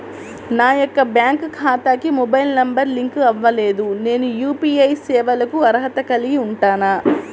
నా యొక్క బ్యాంక్ ఖాతాకి మొబైల్ నంబర్ లింక్ అవ్వలేదు నేను యూ.పీ.ఐ సేవలకు అర్హత కలిగి ఉంటానా?